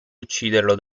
ucciderlo